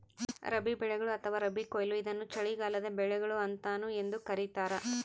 ರಬಿ ಬೆಳೆಗಳು ಅಥವಾ ರಬಿ ಕೊಯ್ಲು ಇದನ್ನು ಚಳಿಗಾಲದ ಬೆಳೆಗಳು ಅಂತಾನೂ ಎಂದೂ ಕರೀತಾರ